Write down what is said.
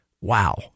wow